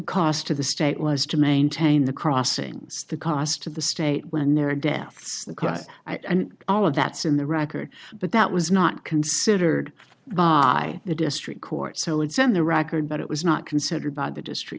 cost to the state was to maintain the crossings the cost to the state when near death class i and all of that's in the record but that was not considered by the district court so it's in the record but it was not considered by the district